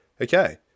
Okay